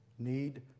need